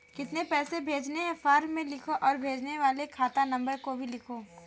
कितने पैसे भेजने हैं फॉर्म में लिखो और भेजने वाले खाता नंबर को भी लिखो